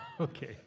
Okay